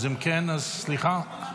אז אם כן, סליחה,